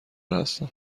هستم